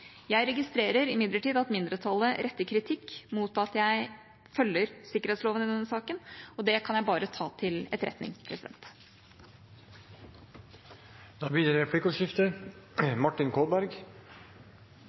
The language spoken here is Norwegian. Jeg registrerer imidlertid at mindretallet retter kritikk mot at jeg følger sikkerhetsloven i denne saken, og det kan jeg bare ta til etterretning. Det blir replikkordskifte. Det